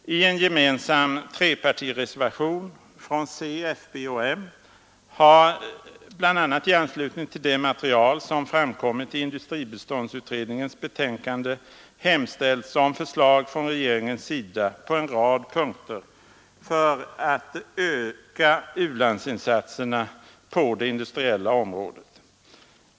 I en gemensam trepartireservation från c, fp och m har — bl.a. i anslutning till det material som framkommit i industribiståndsutredningens betänkande — hemställts om förslag från regeringens sida på en rad punkter för att öka u-landsinsatserna på det industriella området.